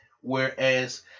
Whereas